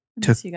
took